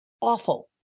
awful